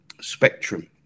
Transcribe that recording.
spectrum